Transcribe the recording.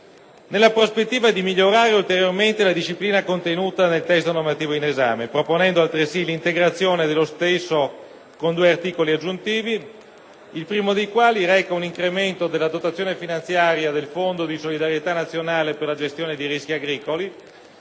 nella prospettiva di migliorare ulteriormente la disciplina contenuta nel testo normativo in esame, proponendo altresì l'integrazione dello stesso con due articoli aggiuntivi: il primo reca un incremento della dotazione finanziaria del fondo di solidarietà nazionale per la gestione dei rischi agricoli;